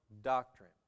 doctrine